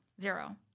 zero